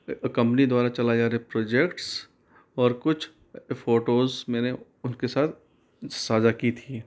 company द्वारा चलाए जा रहे प्रोजेक्ट्स और कुछ फोटोज मैंने उनके साथ साझा की थी